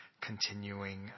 continuing